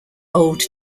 old